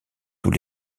tous